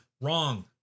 wrong